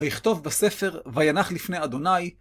ויכתוב בספר, ויינח לפני אדוני.